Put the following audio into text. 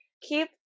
keep